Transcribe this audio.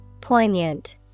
Poignant